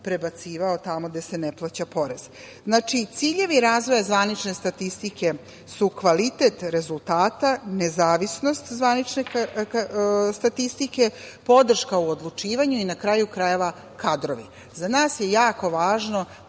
prebacivao tamo gde se ne plaća porez. Znači, ciljevi razvoja zvanične statistike su kvalitet rezultata, nezavisnost zvanične statistike, podrška u odlučivanju i na kraju krajeva kadrovi.Za nas je jako važno